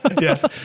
Yes